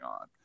on